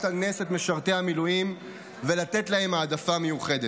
על נס את משרתי המילואים ולתת להם העדפה מיוחדת.